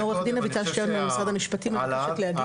עו"ד אביטל שטרנברג ממשרד המשפטים מבקשת להגיב,